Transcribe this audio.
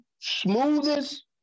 smoothest